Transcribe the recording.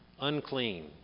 Unclean